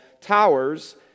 towers